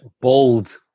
Bold